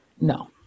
No